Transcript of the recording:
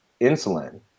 insulin